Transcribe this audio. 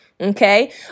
okay